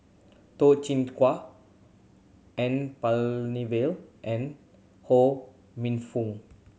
Toh Chin Chye N Palanivelu and Ho Minfong